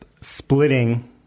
splitting